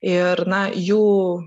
ir na jų